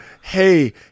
hey